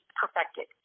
perfected